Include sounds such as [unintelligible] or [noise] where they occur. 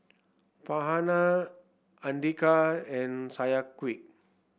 Farhanah Andika and [unintelligible]